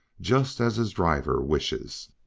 just as his driver wishes.